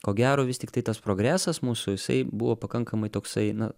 ko gero vis tiktai tas progresas mūsų jisai buvo pakankamai toksai na